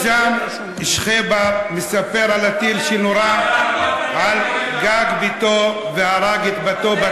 ויסאם שחייבר מספר על הטיל שנורה על גג ביתו והרג את בתו בת